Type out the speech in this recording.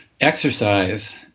exercise